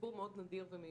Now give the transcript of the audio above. סיפור מאוד נדיר ומיוחד,